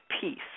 peace